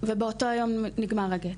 ובאותו היום נגמר הגט.